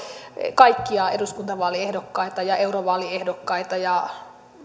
kaikkia eduskuntavaaliehdokkaita ja eurovaaliehdokkaita ja